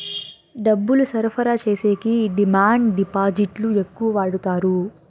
డబ్బులు సరఫరా చేసేకి డిమాండ్ డిపాజిట్లు ఎక్కువ వాడుతారు